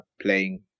playing